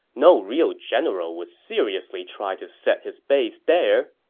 no real general would seriously try to set his base there.